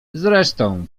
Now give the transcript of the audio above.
zresztą